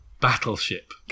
Battleship